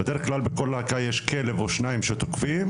בדרך כלל בכל להקה יש כלב או שניים שתוקפים,